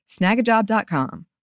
Snagajob.com